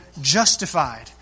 justified